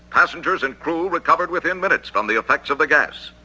passengers and crew recovered within minutes from the effects of the gas.